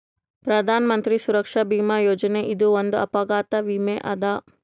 ಪ್ರಧಾನ್ ಮಂತ್ರಿ ಸುರಕ್ಷಾ ಭೀಮಾ ಯೋಜನೆ ಇದು ಒಂದ್ ಅಪಘಾತ ವಿಮೆ ಅದ